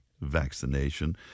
vaccination